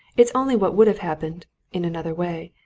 it's only what would have happened in another way.